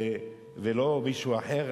ולא מישהו אחר.